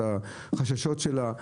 את החששות שלה,